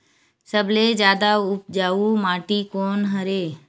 सबले जादा उपजाऊ माटी कोन हरे?